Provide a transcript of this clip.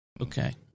Okay